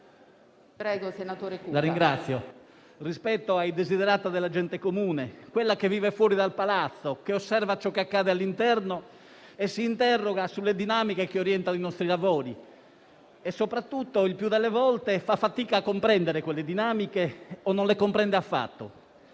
sensibilità e ai desiderata della gente comune, quella che vive fuori dal Palazzo, che osserva ciò che accade all'interno e si interroga sulle dinamiche che orientano i nostri lavori e che soprattutto il più delle volte fa fatica a comprendere quelle dinamiche o non le comprende affatto.